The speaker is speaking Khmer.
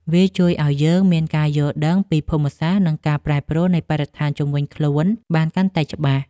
វាជួយឱ្យយើងមានការយល់ដឹងពីភូមិសាស្ត្រ និងការប្រែប្រួលនៃបរិស្ថានជុំវិញខ្លួនបានកាន់តែច្បាស់។